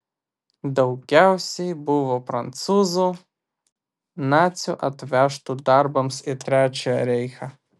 daugiausiai buvo prancūzų nacių atvežtų darbams į trečiąjį reichą